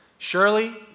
Surely